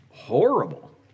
horrible